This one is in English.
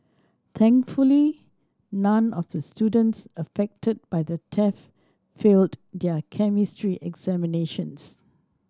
thankfully none of these students affected by the theft failed their Chemistry examinations